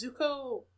Zuko